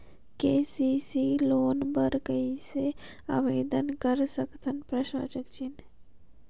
KCC loan बर कइसे आवेदन कर सकथव?